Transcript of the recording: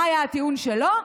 מה היה הטיעון שלו?